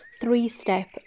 three-step